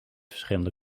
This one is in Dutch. verschillende